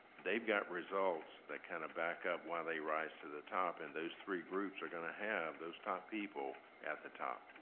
they've got results that kind of back up why they rise to the top and those three groups are gonna have those top people at the top.